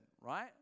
Right